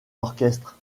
orchestre